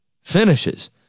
finishes